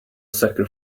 sucker